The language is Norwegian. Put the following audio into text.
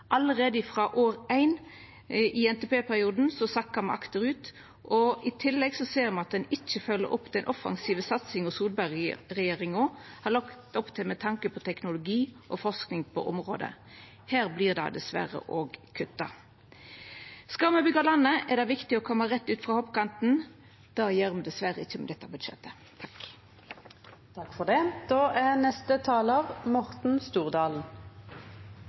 Allereie frå år éin i NTP-perioden sakkar me akterut, og i tillegg ser me at ein ikkje følgjer opp den offensive satsinga Solberg-regjeringa har lagt opp til med tanke på teknologi og forsking på området. Her vert det diverre òg kutta. Skal me byggja landet, er det viktig å koma rett ut frå hoppkanten. Det gjer me diverre ikkje med dette budsjettet. Det er rørende å høre på regjeringspartienes representanter fra Arbeiderpartiet og Senterpartiet som forteller om at nå er